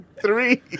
Three